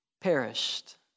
perished